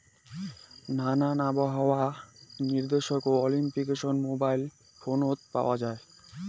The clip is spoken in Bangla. নানান আবহাওয়া নির্দেশক অ্যাপ্লিকেশন মোবাইল ফোনত পাওয়া যায়